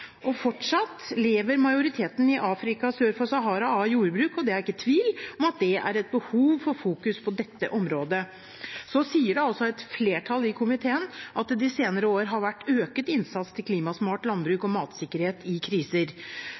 klimainnsatsen. Fortsatt lever majoriteten i Afrika sør for Sahara av jordbruk, og det er ikke tvil om at det er et behov for å fokusere på dette området. Så sier da også et flertall i komiteen at det de senere år har vært økt innsats for klimasmart landbruk og matsikkerhet i kriser.